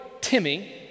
Timmy